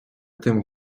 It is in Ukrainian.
тим